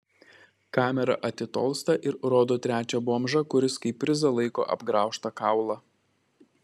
kamera atitolsta ir rodo trečią bomžą kuris kaip prizą laiko apgraužtą kaulą